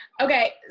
Okay